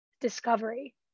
discovery